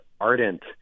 ardent